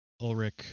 ulrich